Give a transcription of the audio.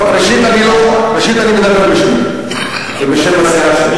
ראשית, אני מדבר בשמי ובשם הסיעה שלי.